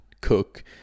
cook